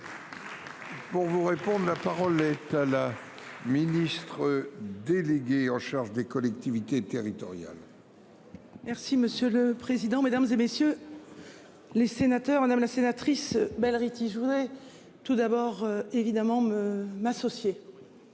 Pour vous répondre. La parole est à la ministre. Délégué en charge des collectivités territoriales. Merci monsieur le président, Mesdames, et messieurs. Les sénateurs, madame la sénatrice Belghiti. Je voudrais tout d'abord évidemment me m'associer.